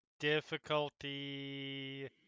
Difficulty